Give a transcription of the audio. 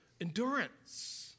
Endurance